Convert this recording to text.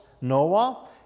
Noah